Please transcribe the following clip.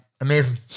amazing